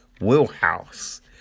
wheelhouse